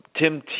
Tim